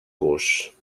gos